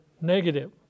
negative